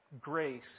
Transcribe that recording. grace